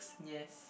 yes